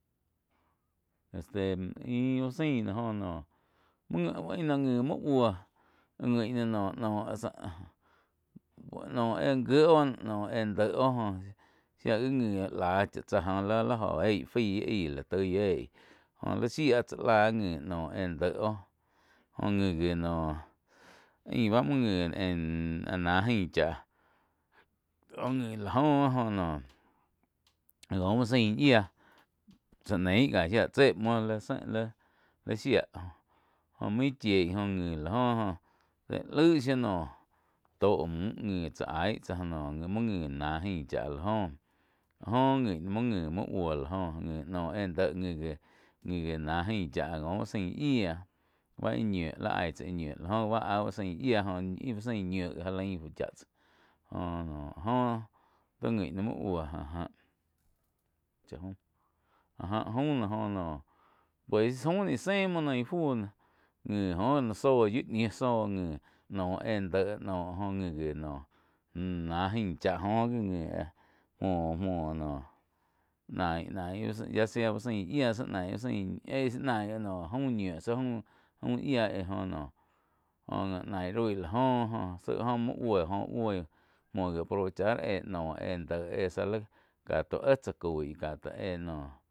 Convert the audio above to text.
Este úh zein noh joh noh ih no ngi muoh buoh ngui noh nóh no éh gié oh noh éh déh óh joh shía wi ngi láh chá tsá joh lí joh eíh fái aíh lá tói eí jó li shía chá láh ngi noh éh déh oh joh ngi wi noh ain báh muo ngi en náh gain cháh. Ko ngi la óh jó noh có úh zain yíah tsá neíh cá shía che muo li-li sein li shía joh main chíei jóh ngi la oh joh laí shiu noh tó muh ngi tsá aig tsá noh muo ngi náh gain chá la gó gó ngi muo ngi la buó la gó ngi noh éh déh ngi gih náh jain chá ko uh sain yíah báh ih ñiu li aig tsáh íh ñiu la jo bá aú uh zain yíah jóh ih úh zain ñiu gi já lain fú chá tsáh jo no áh joh tó ngi íh muo buoh áh jáh- áh jáh. Jaum noh óh noh pues jaum noh íh ze muoh noh íh fu noh ngi oh gi zó yiuh ñiu zoh ngi noh éh déh noh óh ngi wi noh muh ná jain cháh joh ngi áh muo-muo noh nain-nain yá sea úh zain yía tsi naih úh zain tsi naí jaum ñiu tsi jaum yíah éj joh noh nain roi la jóh tsi joh muo buí jo buí muoh gi aprovechar éh noh éh déh éh záh éh ká éhh tsá coí ká ti éh noh.